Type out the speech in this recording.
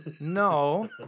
no